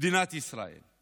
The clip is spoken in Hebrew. מדינת ישראל.